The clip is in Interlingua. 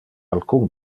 alcun